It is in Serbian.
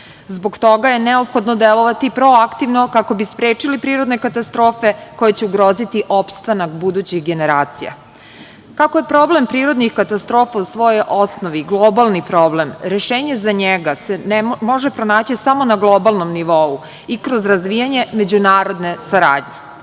Zbog toga je neophodno delovati proaktivno kako bi sprečili prirodne katastrofe koje će ugroziti opstanak budućih generacija. Kako je problem prirodnih katastrofa u svojoj osnovi globalni problem, rešenje za njega se može pronaći samo na globalnom nivou i kroz razvijanje međunarodne saradnje.